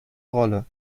rolle